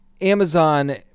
Amazon